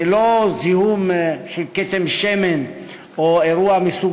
זה לא זיהום של כתם שמן או אירוע מסוג